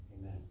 Amen